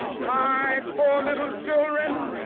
my four little children